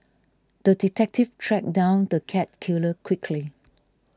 the detective tracked down the cat killer quickly